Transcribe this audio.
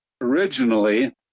originally